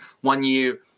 one-year